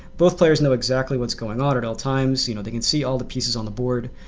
both players know exactly what's going on at all times. you know they can see all the pieces on the board.